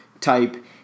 type